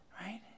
right